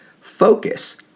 Focus